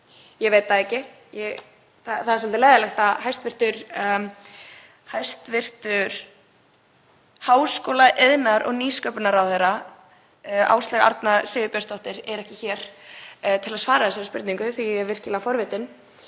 Ég veit það ekki. Það er svolítið leiðinlegt að hæstv. háskóla-, iðnaðar- og nýsköpunarráðherra, Áslaug Arna Sigurbjörnsdóttir, sé ekki hér til að svara þessari spurningu því að ég er virkilega forvitin.